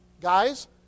guys